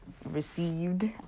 received